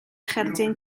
cherdyn